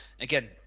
Again